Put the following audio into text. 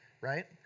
right